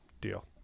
Deal